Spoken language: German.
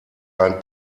ein